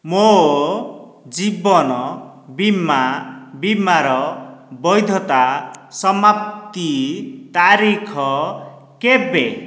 ମୋ ଜୀବନ ବୀମା ବୀମାର ବୈଧତା ସମାପ୍ତି ତାରିଖ କେବେ